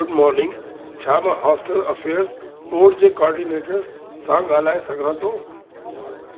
good morning छा मां hostel affairs board जे कॉर्डीनेटरस सां ॻाल्हाए सघां थो